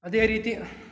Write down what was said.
ಅದೇ ರೀತಿ